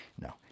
No